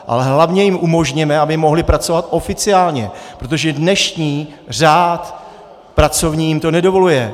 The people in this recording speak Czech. Ale hlavně jim umožněme, aby mohli pracovat oficiálně, protože dnešní pracovní řád jim to nedovoluje.